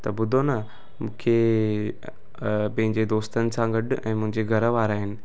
त ॿुधो न मूंखे पंहिंजे दोस्तनि सां गॾु ऐं मुंहिंजे घर वारा आहिनि